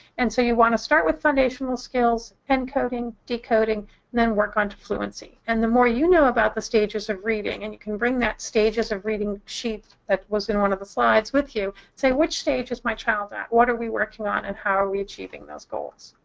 and so you want to start with foundational skills, encoding, decoding, and then work onto fluency. and the more you know about the stages of reading and you can bring that stages of reading sheet that was in one of the slides with you say, which stage is my child at? what are we working at and how are we achieving those goals?